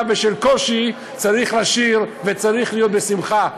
ושל קושי צריך לשיר וצריך להיות בשמחה.